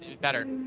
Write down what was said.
better